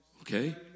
Okay